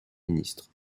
ministre